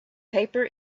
paper